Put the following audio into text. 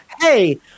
hey